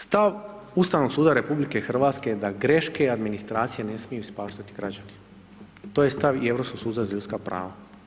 Stav Ustavnog suda RH je da greške administracije ne smiju ispaštati građani, to je stav i Europskog suda za ljudska prava.